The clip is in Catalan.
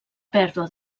pèrdua